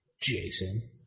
Jason